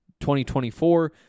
2024